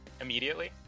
Immediately